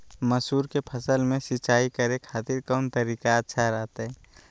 मसूर के फसल में सिंचाई करे खातिर कौन तरीका अच्छा रहतय?